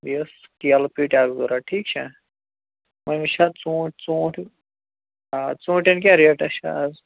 بیٚیہِ ٲس کیلہٕ پیٖٹۍ اَکھ ضروٗرت ٹھیٖک چھا وۄنۍ وُچھ حظ ژوٗنٛٹھۍ ژوٗنٛٹھۍ آ ژوٗنٛٹھٮ۪ن کیٛاہ ریٹا چھِ اَز